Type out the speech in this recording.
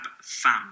Fam